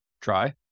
try